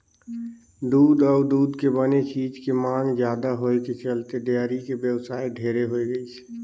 दूद अउ दूद के बने चीज के मांग जादा होए के चलते डेयरी के बेवसाय ढेरे होय गइसे